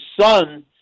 son